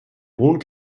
hohen